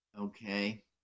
okay